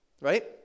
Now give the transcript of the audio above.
right